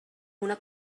una